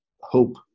hope